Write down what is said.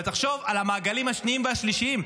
ותחשוב על המעגלים השניים והשלישיים,